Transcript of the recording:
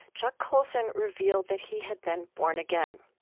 chuck colson revealed that he had been born again.